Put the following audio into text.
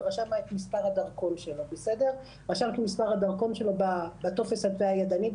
וכתב את מספר הדרכון שלו בטופס הידני,